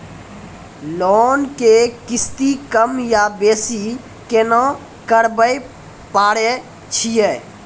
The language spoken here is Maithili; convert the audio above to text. लोन के किस्ती कम या बेसी केना करबै पारे छियै?